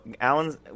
Alan's